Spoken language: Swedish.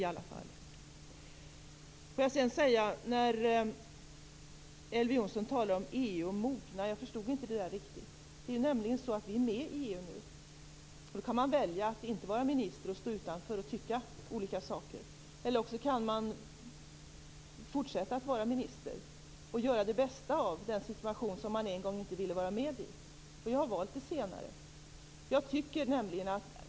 Jag förstod inte riktigt vad Elver Jonsson menade med EU och mognad. Vi är med i EU. Då kan man välja att inte vara minister och stå utanför och tycka en mängd saker. Eller också kan man välja att fortsätta att vara minister och göra det bästa av den situation man en gång inte ville vara med i. Jag har valt det senare alternativet.